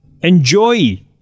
enjoy